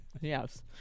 Yes